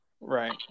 Right